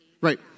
Right